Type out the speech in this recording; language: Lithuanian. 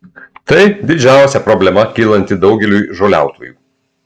tai didžiausia problema kylanti daugeliui žoliautojų